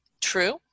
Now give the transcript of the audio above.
true